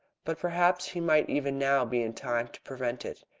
but perhaps he might even now be in time to prevent it.